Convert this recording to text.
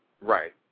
Right